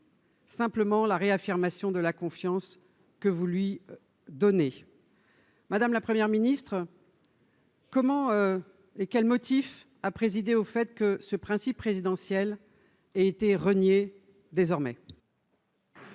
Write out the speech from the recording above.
Simplement la réaffirmation de la confiance que vous lui donner. Madame la première ministre comment et quel motif a présidé au fait que ce principe présidentielle été reniée désormais.